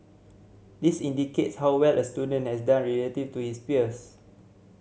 this indicates how well a student has done relative to his peers